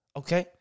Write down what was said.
okay